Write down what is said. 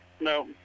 No